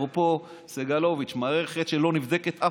כפי שאמרתי,